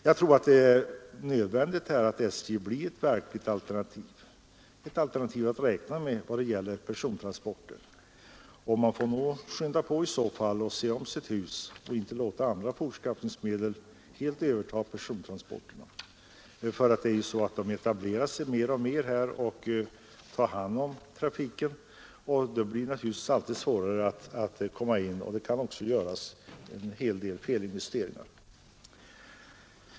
Jag tror det är nödvändigt att SJ blir ett verkligt alternativ att räkna med då det gäller persontransporter, och därför bör SJ skynda sig att se om sitt hus och inte låta andra fortskaffningsmedel helt överta persontransporterna. De etablerar sig ju mer och mer och tar hand om trafiken, och sedan blir det naturligtvis alltid svårare för SJ att komma in. Det kan också på det här sättet göras en hel del felinvesteringar.